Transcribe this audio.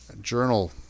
journal